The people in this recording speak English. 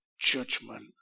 judgment